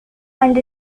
and